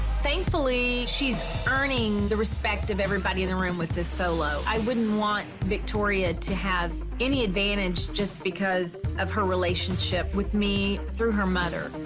thankfully she's earning the respect of everybody in the room with this solo. i wouldn't want victoria to have any advantage just because of her relationship with me through her mother. and